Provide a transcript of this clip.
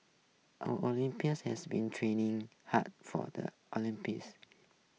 our has been training hard for the Olympics